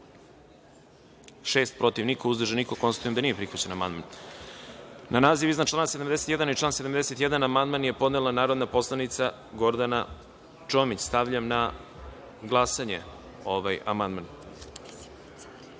niko, protiv – niko, uzdržan – niko. Konstatujem da nije prihvaćen amandman. Na naziv iznad člana 47. i član 47. amandman je podnela narodna poslanica Gordana Čomić. Stavljam na glasanje ovaj